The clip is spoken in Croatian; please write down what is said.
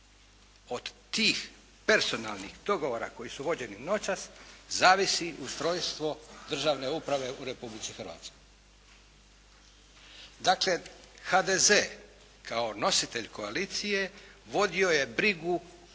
Od tih personalnih dogovora koji su vođeni noćas zavisi ustrojstvo državne uprave u Republici Hrvatskoj. Da će HDZ kao nositelj koalicije vodio je brigu o